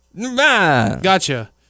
Gotcha